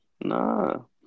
no